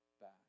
back